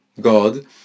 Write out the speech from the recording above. God